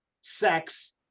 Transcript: sex